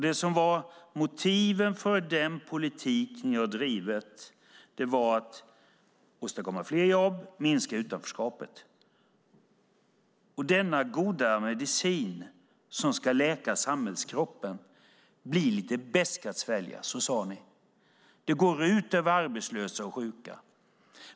Det som var motiven för den politik ni har drivit var att åstadkomma fler jobb och minska utanförskapet. Denna goda medicin, som ska läka samhällskroppen, blir lite besk att svälja, sade ni. Det går ut över arbetslösa och sjuka.